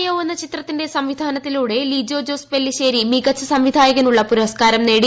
യൌ എന്ന ചിത്രത്തിന്റെ സംവിധാനത്തിലൂടെ ലിജോ ജോസ് പെല്ലിശ്ശേരി മികച്ച സംവിധായകനുളള പുരസ്കാരം നേടി